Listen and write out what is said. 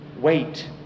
Wait